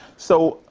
so,